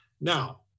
Now